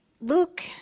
Luke